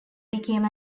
became